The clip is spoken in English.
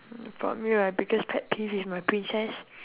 mm for me right biggest pet peeve is my princess